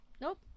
Nope